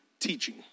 teaching